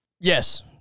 yes